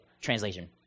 Translation